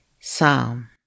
Psalm